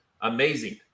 amazing